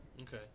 Okay